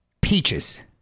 Peaches